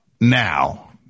now